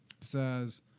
says